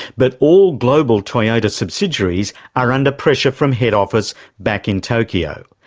but all global toyota subsidiaries are under pressure from head office back in tokyo.